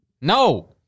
No